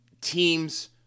teams